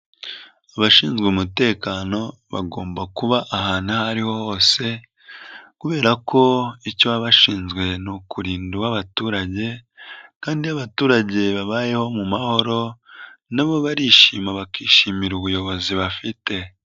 Abashinzwe umutekano bagomba kuba ahantu aho ariho hose kubera ko icyo baba bashinzwe ni ukurinda uw'abaturage kandi iyo abaturage babayeho mu mahoro na bo barishima bakishimira ubuyobozi bafite.